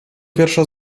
wiersza